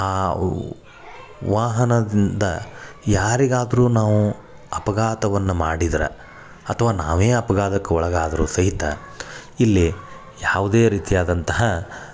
ಆ ವು ವಾಹನದಿಂದ ಯಾರಿಗಾದರೂ ನಾವು ಅಪಘಾತವನ್ನು ಮಾಡಿದ್ರೆ ಅಥವಾ ನಾವೇ ಅಪಘಾತಕ್ಕೆ ಒಳಗಾದರೂ ಸಹಿತ ಇಲ್ಲಿ ಯಾವುದೇ ರೀತಿ ಆದಂತಹ